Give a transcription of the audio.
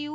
you